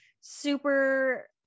super